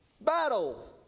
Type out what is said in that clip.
battle